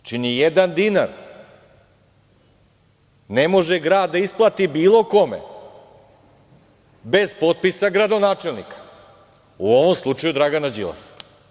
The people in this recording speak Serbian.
Znači, nijedan dinar ne može grad da isplati bilo kome bez potpisa gradonačelnika, u ovom slučaju Dragana Đilasa.